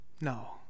no